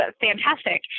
fantastic